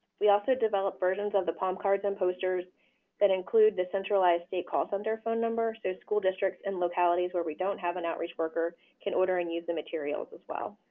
we also developed versions of the palm cards and posters that include the centralized state call center phone number, so school districts in localities where we don't have an outreach worker can order and use the materials as well.